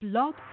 Blog